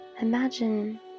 imagine